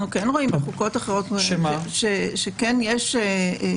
אנחנו כן רואים בחוקות אחרות שכן יש צמצום